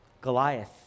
Goliath